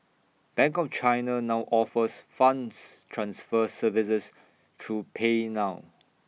bank of China now offers funds transfer services through PayNow